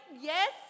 yes